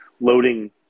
loading